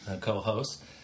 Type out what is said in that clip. co-host